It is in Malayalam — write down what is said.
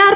ആർ